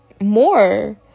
more